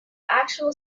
actual